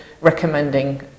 recommending